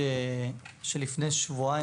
שלפני שבועיים